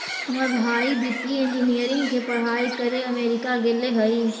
हमर भाई वित्तीय इंजीनियरिंग के पढ़ाई करे अमेरिका गेले हइ